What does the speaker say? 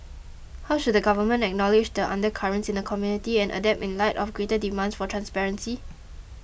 how should the government acknowledge the undercurrents in the community and adapt in light of greater demands for transparency